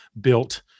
built